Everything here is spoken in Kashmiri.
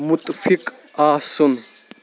مُتفِق آسُن